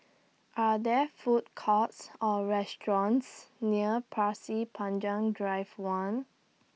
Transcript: Are There Food Courts Or restaurants near Pasir Panjang Drive one